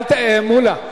מולה,